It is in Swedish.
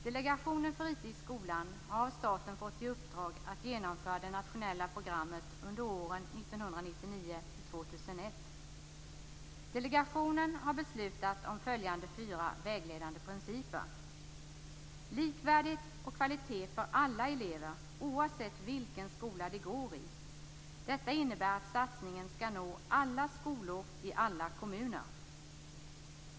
Delegationen för IT i skolan har av staten fått i uppdrag att genomföra det nationella programmet under åren 1999-2001. Delegationen har beslutat om följande fyra vägledande principer. 1. Likvärdighet och kvalitet för alla elever oavsett vilken skola de går i. Detta innebär att satsningen skall nå alla skolor i alla kommuner. 2.